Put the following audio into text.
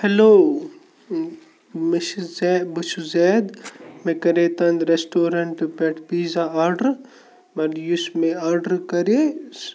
hello مےٚ چھِ بہٕ چھُس زید مےٚ کَرے تٕہنٛدِ رٮ۪سٹورٮ۪نٛٹ پٮ۪ٹھ پیٖزا آرڈر مگر یُس مےٚ آرڈر کرے سُہ